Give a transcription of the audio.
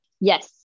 Yes